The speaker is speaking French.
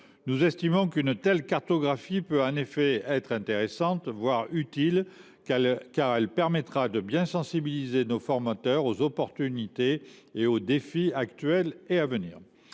d’installation. Une telle cartographie peut être intéressante, voire utile, car elle permettra de bien sensibiliser nos formateurs aux opportunités et aux défis actuels et à venir.